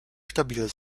stabil